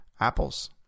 apples